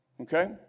okay